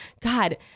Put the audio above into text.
God